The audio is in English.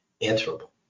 answerable